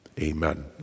Amen